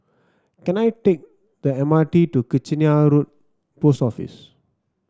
can I take the M R T to Kitchener Road Post Office